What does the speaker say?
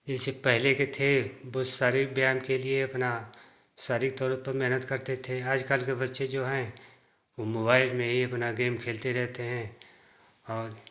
जैसे पहले के थे बहुत सारे व्यायाम के लिए अपना शारीरिक तौर पर मेहनत करते थे आजकल के बच्चे जो हैं वह मोबाइल में एक ना गेम खेलते रहते हैं और